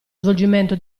svolgimento